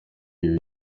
iba